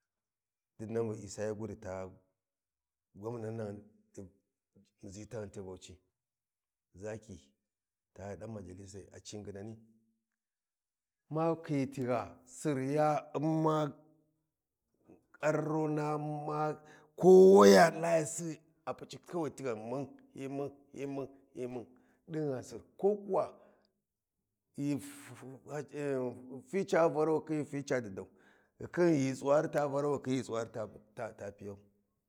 Dinnan bu Isa Yuguda ta Gamnan ɗi taghu ti Bauchi, Zaki ta ɗan majalisai a ci nginani, ma khiyi tigha, Sir ya Umma ararona ma kowaya layasi a puciti kwai tighan mun hyi mun hyi mun hyi mun ko kuwa ghi fi ca varau khin ghi fi ca didau, ghikhin ghitsuwari ta varau ghikhin ghi tsuwari ta ta piyau.